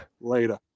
Later